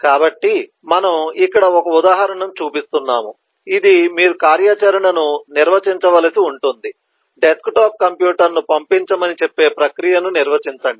కాబట్టి మనము ఇక్కడ ఒక ఉదాహరణను చూపిస్తున్నాము ఇది మీరు కార్యాచరణను నిర్వచించవలసి ఉంటుంది డెస్క్టాప్ కంప్యూటర్ను పంపించమని చెప్పే ప్రక్రియను నిర్వచించండి